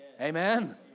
Amen